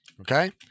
Okay